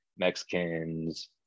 Mexicans